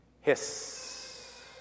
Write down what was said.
hiss